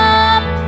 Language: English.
up